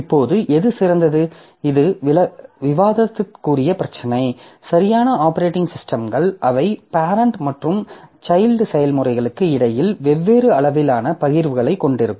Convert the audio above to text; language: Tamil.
இப்போது எது சிறந்தது இது விவாதத்திற்குரிய பிரச்சினை சரியான ஆப்பரேட்டிங் சிஸ்டம்கள் அவை பேரெண்ட் மற்றும் சைல்ட் செயல்முறைகளுக்கு இடையில் வெவ்வேறு அளவிலான பகிர்வுகளைக் கொண்டிருக்கும்